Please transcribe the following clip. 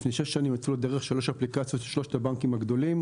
לפני שש שנים יצאו לדרך שלוש אפליקציות של שלושת הבנקים הגדולים,